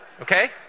Okay